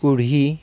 কুহি